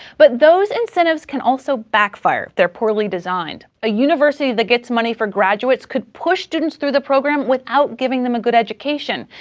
but those incentives can also backfire if they're poorly designed. a university that gets money for graduates could push students through the program without giving them a good education.